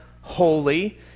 holy